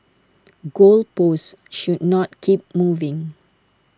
goal posts should not keep moving